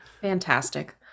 fantastic